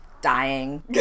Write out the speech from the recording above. dying